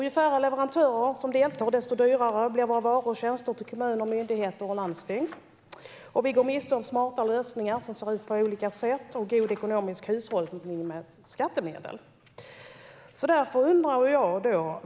Ju färre leverantörer som deltar desto dyrare blir varor och tjänster till kommuner, myndigheter och landsting. Vi går miste om smarta lösningar som ser ut på olika sätt och därmed god ekonomisk hushållning med skattemedel.